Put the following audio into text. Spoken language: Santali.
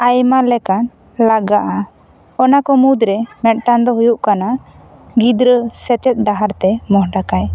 ᱟᱭᱢᱟ ᱞᱮᱠᱟᱱ ᱞᱟᱜᱟᱜᱼᱟ ᱚᱱᱟ ᱠᱚ ᱢᱩᱫᱽᱨᱮ ᱢᱤᱫ ᱴᱟᱱ ᱫᱚ ᱦᱩᱭᱩᱜ ᱠᱟᱱᱟ ᱜᱤᱫᱽᱨᱟᱹ ᱥᱮᱪᱮᱫ ᱰᱟᱦᱟᱨ ᱛᱮ ᱢᱚᱦᱰᱟ ᱠᱟᱭ